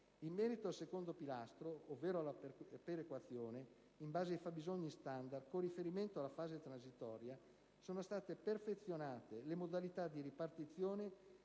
In merito al secondo pilastro, ovvero alla perequazione in base ai fabbisogni standard, con riferimento alla fase transitoria sono state perfezionate le modalità di ripartizione delle risorse